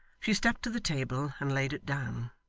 she stepped to the table and laid it down.